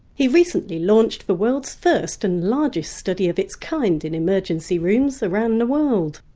he recently launched the world's first and largest study of its kind in emergency rooms around the world.